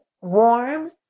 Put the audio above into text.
warm